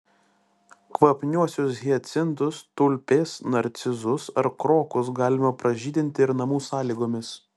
kvapniuosius hiacintus tulpės narcizus ar krokus galima pražydinti ir namų sąlygomis